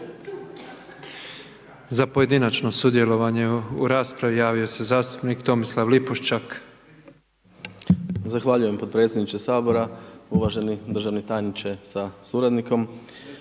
Za pojedinačno sudjelovanje u raspravi javio se zastupnik Tomislav Lipošćak. **Lipošćak, Tomislav (HDZ)** Zahvaljujem predsjedniče Sabora, uvaženi državni tajniče sa suradnikom,